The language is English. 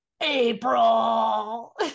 april